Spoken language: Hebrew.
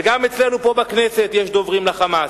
וגם אצלנו פה בכנסת יש דוברים ל"חמאס".